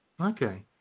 Okay